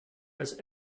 has